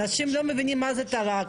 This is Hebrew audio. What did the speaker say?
אנשים לא מבינים מה זה תל"ג,